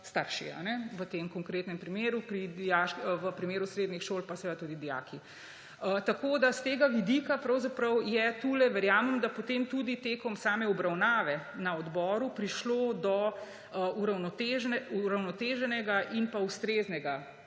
starši v tem konkretnem primeru, v primeru srednjih šol pa tudi dijaki. S tega vidika pravzaprav je tu, verjamem, da potem tudi tekom same obravnave na odboru, prišlo do uravnoteženega in ustreznega